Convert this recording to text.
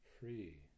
Free